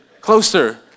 Closer